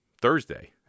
Thursday